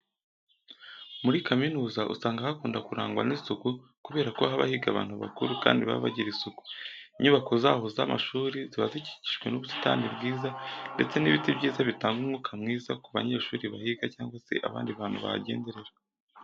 Muri kaminuza usanga hakunda kurangwa n'isuku kubera ko haba higa abantu bakuru kandi baba bagira isuku. Inyubako zaho z'amashuri ziba zikikijwe n'ubusitani bwiza ndetse n'ibiti byiza bitanga umwuka mwiza ku banyeshuri bahiga cyangwa se abandi bantu bahagenderera.